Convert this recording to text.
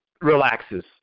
relaxes